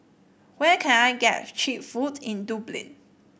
where can I get cheap food in Dublin